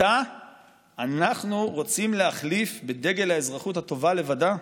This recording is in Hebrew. אותה אנחנו רוצים להחליף בדגל האזרחות הטובה לבדה?